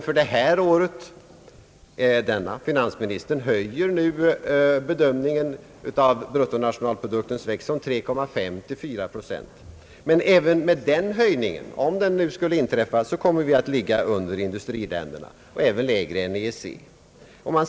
Finansministern höjer för innevarande år nu sin bedömning av bruttonationalproduktens tillväxt från 3,5 till 4 procent. Även med den höjningen — om den skulle inträffa — kommer vi ändå att ligga under industriländerna och även lägre än EEC-länderna.